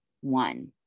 one